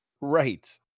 right